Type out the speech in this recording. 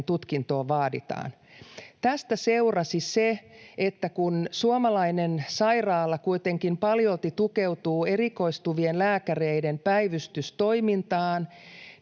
tutkintoon vaaditaan. Tästä seurasi se, että kun suomalainen sairaala kuitenkin paljolti tukeutuu erikoistuvien lääkäreiden päivystystoimintaan,